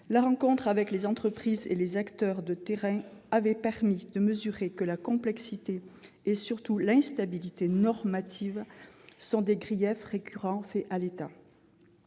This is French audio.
la rencontre avec les entreprises et les acteurs de terrain avait permis de mesurer que la complexité et, surtout, l'instabilité normative sont des griefs récurrents faits à l'État.